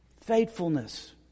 faithfulness